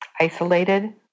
isolated